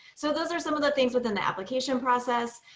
so those are some of the things within the application process.